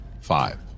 five